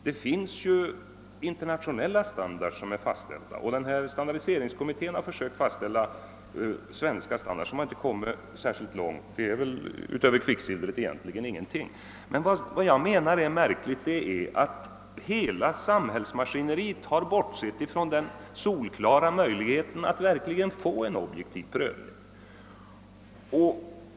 Det finns en internationell standard som är fastställd, och standardiseringskommittén har försökt fastställa en svensk standard. Den har emellertid inte kommit särskilt långt i sitt arbete — utöver bestämmelserna om kvicksilver har man strängt taget inte kommit fram till någonting. Vad jag anser märkligt är att hela samhällsmaskineriet har bortsett från den solklara möjligheten att verkligen få en objektiv prövning.